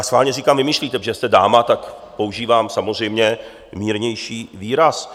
Schválně říkám vymýšlíte, protože jste dáma, tak používám samozřejmě mírnější výraz.